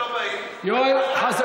אז למה אתם לא באים, יואל, יואל.